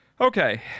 Okay